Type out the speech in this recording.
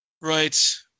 Right